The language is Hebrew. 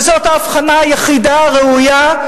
וזאת ההבחנה היחידה הראויה,